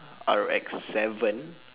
R X seven